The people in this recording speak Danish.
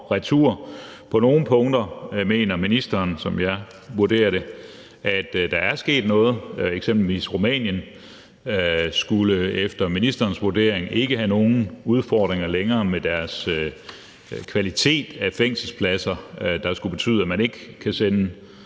retur. På nogle punkter mener ministeren, som jeg vurderer det, at der er sket noget. Eksempelvis Rumænien skulle efter ministerens vurdering ikke længere have nogen udfordringer med kvaliteten af deres fængselspladser, hvilket ellers har betydet, at man ikke kunne sende